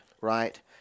right